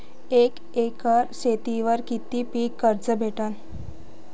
एक एकर शेतीवर किती पीक कर्ज भेटते?